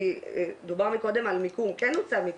כי דובר מקודם על מיקום, כן נוצל מיקום,